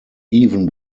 even